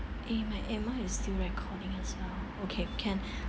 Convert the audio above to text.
eh my amount is still recording as well okay can